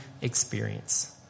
experience